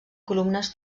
columnes